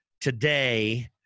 today